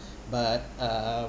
but um